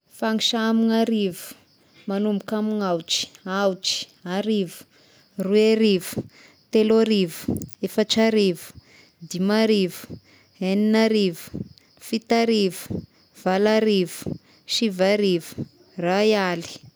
Fangisà amigna arivo manomboka amin'ny aotry: aotry, arivo, roerivo, teloarivo, efatra arivo, dimarivo, egninarivo, fitoarivo, valoarivo, siviarivo, iray aly.